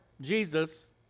Jesus